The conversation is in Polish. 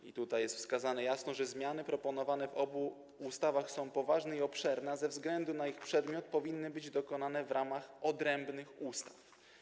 I tutaj wskazano jasno, że zmiany proponowane w obu ustawach są poważne i obszerne, a ze względu na ich przedmiot powinny być dokonane w ramach odrębnych ustaw.